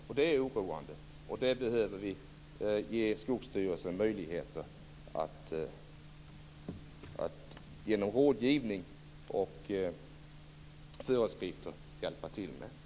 Det är oroande. Skogsstyrelsen behöver därför ha möjligheter att genom rådgivning och föreskrifter hjälpa till med detta.